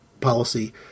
policy